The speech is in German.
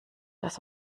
das